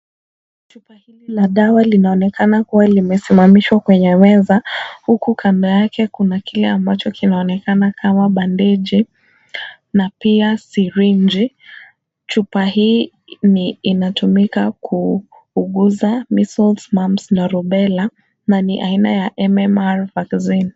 Chupa hili la dawa linaonekana kuwa limesimamishwa kwenye meza, huku kando yake kuna kile ambacho kinaonekana kama bandeji na pia sirinji. Chupa hii ni inatumika kuuguza measles, mumps na rubela, na ni aina ya MMR vaccine .